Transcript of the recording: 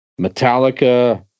Metallica